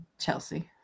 Chelsea